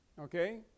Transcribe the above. Okay